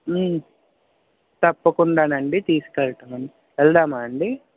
తప్పకుండానండి తీసుకెళ్తాను వెళ్దామా అండి